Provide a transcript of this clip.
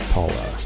Paula